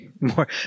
More